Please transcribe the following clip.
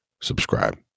subscribe